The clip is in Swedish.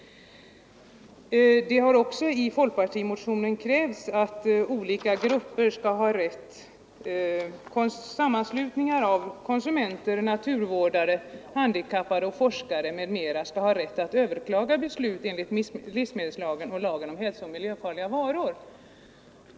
Det har också i folkpartimotionen krävts att olika grupper - sammanslutningar av konsumenter, naturvårdare, handikappade och forskare m.fl. — skall ha rätt att överklaga beslut enligt livsmedelslagen och lagen om hälsooch miljöfarliga varor.